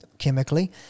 chemically